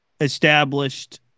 established